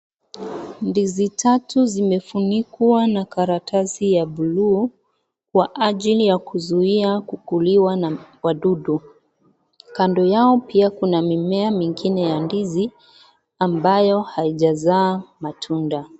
Ndizi tatu zimefunikwa na karatasi ya blue , kwa ajiri ya kuzuia kukuliwa na wadudu. Kando yao pia kuna mimea mingine ya ndizi ambayo haijazaa matunda.